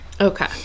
okay